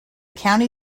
county